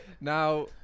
Now